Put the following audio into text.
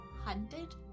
hunted